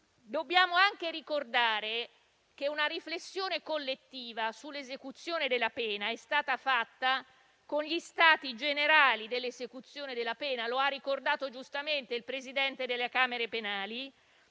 Dobbiamo anche ricordare che una riflessione collettiva sull'esecuzione della pena è stata fatta con gli stati generali dell'esecuzione penale. Lo ha ricordato giustamente il Presidente delle camere penali.